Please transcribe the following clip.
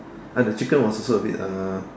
uh the chicken was also a bit uh